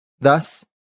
Thus